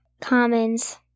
commons